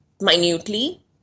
minutely